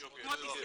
יוגב,